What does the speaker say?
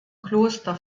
kloster